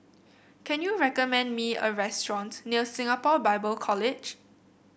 can you recommend me a restaurant near Singapore Bible College